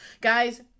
Guys